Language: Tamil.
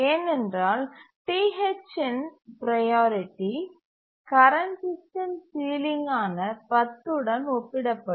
ஏனென்றால் TH இன் ப்ரையாரிட்டி கரண்ட் சிஸ்டம் சீலிங் ஆன 10 உடன் ஒப்பிடப்படும்